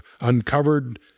uncovered